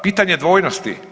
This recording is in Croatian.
Pitanje dvojnosti.